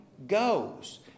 goes